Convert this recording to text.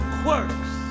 quirks